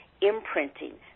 imprinting